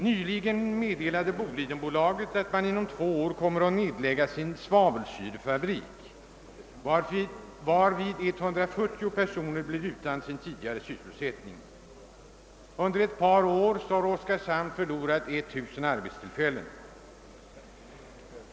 Nyligen meddelade Bolidenbolaget att man inom två år kommer att lägga ned sin svavelsyrefabrik i staden, varvid 140 personer blir utan sin tidigare sysselsättning. Under ett par år har Oskarshamn förlorat 1000 arbetstillfällen.